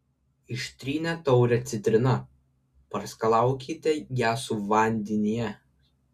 ištrynę taurę citrina praskalaukite ją su vandenyje